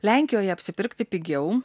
lenkijoje apsipirkti pigiau